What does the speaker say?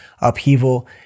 upheaval